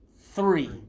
three